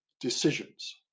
decisions